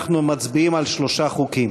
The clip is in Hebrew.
אנחנו מצביעים על שלושה חוקים,